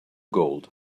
gold